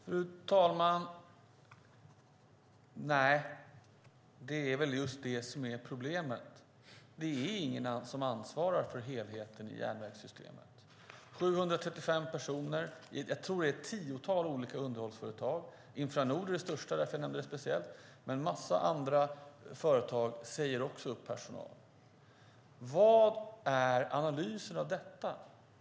Fru talman! Nej, det är väl just det som är problemet. Det är ingen som ansvarar för helheten i järnvägssystemet. 735 personer har sagts upp i, tror jag, ett tiotal olika underhållsföretag. Infranord är det största, därför nämner jag det speciellt. En massa andra företag säger också upp personal. Vad är analysen av detta?